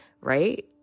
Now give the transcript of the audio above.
Right